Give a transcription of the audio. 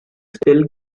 still